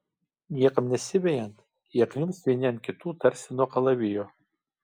niekam nesivejant jie kniubs vieni ant kitų tarsi nuo kalavijo